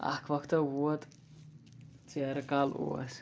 اَکھ وقتہٕ ووت ژیرٕ کال اوس